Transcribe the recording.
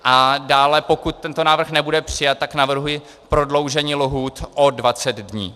A dále, pokud tento návrh nebude přijat, tak navrhuji prodloužení lhůt o 20 dní.